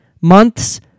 months